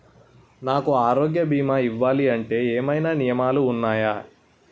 నాకు ఆరోగ్య భీమా ఇవ్వాలంటే ఏమైనా నియమాలు వున్నాయా?